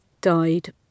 died